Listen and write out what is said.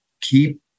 keep